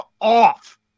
off